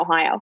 Ohio